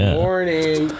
morning